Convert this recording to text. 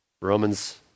Romans